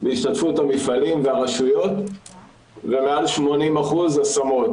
בהשתתפות המפעלים והרשויות ומעל 80% השמות.